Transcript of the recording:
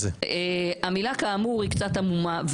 המילה 'כאמור' היא קצת עמומה.